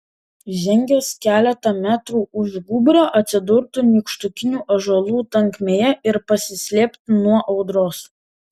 žengęs keletą metrų už gūbrio atsidurtų nykštukinių ąžuolų tankmėje ir pasislėptų nuo audros